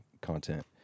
content